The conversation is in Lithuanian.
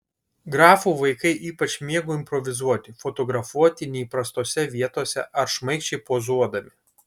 grafų vaikai ypač mėgo improvizuoti fotografuoti neįprastose vietose ar šmaikščiai pozuodami